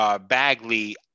Bagley